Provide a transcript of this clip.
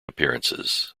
appearances